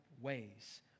ways